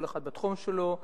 כל אחד בתחום שלו.